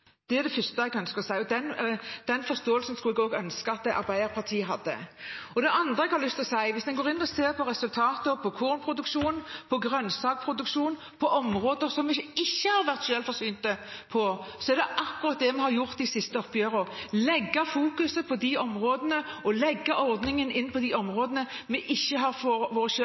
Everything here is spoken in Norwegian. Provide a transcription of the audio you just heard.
Det er det første jeg kan si. Og den forståelsen skulle jeg ønske også Arbeiderpartiet hadde. Det andre jeg har lyst til å si, er at hvis en går inn og ser på resultatene for kornproduksjon, for grønnsaksproduksjon, for områder der vi ikke har vært selvforsynt, er det akkurat det vi har gjort de siste oppgjørene: fokusert på de områdene og lagt ordningen inn på de områdene der vi ikke har vært selvforsynt, for